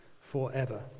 forever